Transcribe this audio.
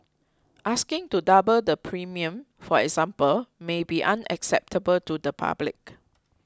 asking to double the premium for example may be unacceptable to the public